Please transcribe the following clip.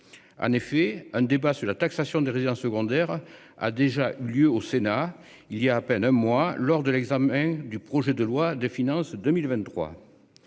En effet, un débat sur la taxation des résidences secondaires, a déjà eu lieu au Sénat il y a à peine un mois lors de l'examen du projet de loi de finances 2023.